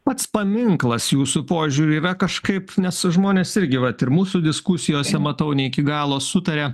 pats paminklas jūsų požiūriu yra kažkaip nes žmonės irgi vat ir mūsų diskusijose matau ne iki galo sutaria